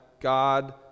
God